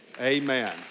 Amen